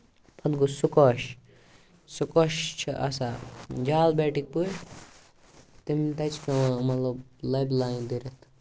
پَتہٕ گوٚو سُکاش سُکاش چھُ آسان جال بیٹٕکۍ پٲٹھۍ تِم کَتہِ چھِ پیوان مطلب لَبہِ لایِنۍ دِتھ